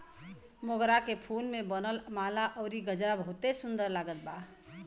मोगरा के फूल से बनल माला अउरी गजरा बहुते सुन्दर लागत बा